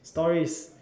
stories